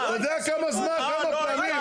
אתה יודע כמה זמן, כמה פעמים?